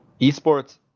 esports